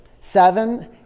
seven